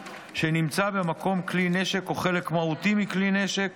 שנמצא במקום כלי נשק או חלק מהותי מכלי נשק